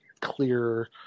clear